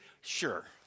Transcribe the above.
sure